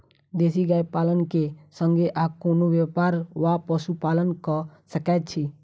देसी गाय पालन केँ संगे आ कोनों व्यापार वा पशुपालन कऽ सकैत छी?